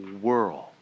world